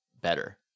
better